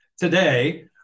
Today